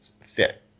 fit